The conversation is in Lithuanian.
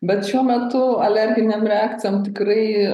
bet šiuo metu alerginėm reakcijom tikrai